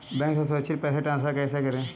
Bank से सुरक्षित पैसे ट्रांसफर कैसे करें?